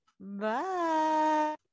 bye